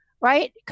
Right